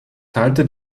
teilte